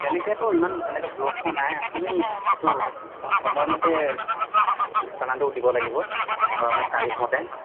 তেনেকেতো ইমান তেনেকৈ ব্লক হোৱা নাই আপুনি এইটো সময় মতে চালানটো দিব লাগিব আপোনাৰ তাৰিখ মতে